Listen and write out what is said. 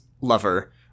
lover